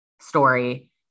story